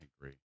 Agree